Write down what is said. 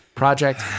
project